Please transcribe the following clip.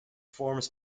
forms